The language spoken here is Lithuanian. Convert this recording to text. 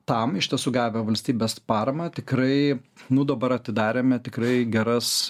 tam iš tiesų gavę valstybės paramą tikrai nu dabar atidarėme tikrai geras